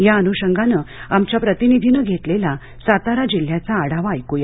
या अनुशंगाने आमच्या प्रतिनिधीनं घेतलेला सातारा जिल्ह्याचा आढावा ऐकूया